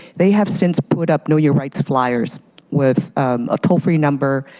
they have since put up know your rights flyers with a toll free number,